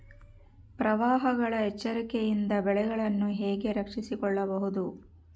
ಪ್ರವಾಹಗಳ ಎಚ್ಚರಿಕೆಯಿಂದ ಬೆಳೆಗಳನ್ನು ಹೇಗೆ ರಕ್ಷಿಸಿಕೊಳ್ಳಬಹುದು?